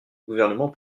gouvernement